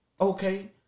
okay